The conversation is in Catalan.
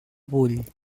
vull